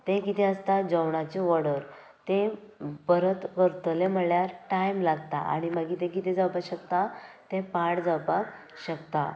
ते कितें आसता जेवणाची वॉर्डर तें परत करतले म्हणल्यार टायम लागता आनी मागीर कितें जावपाक शकता तें पाड जावपाक शकता